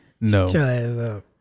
No